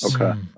Okay